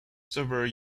several